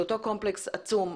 של אותו קומפלקס עצום,